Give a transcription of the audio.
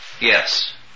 Yes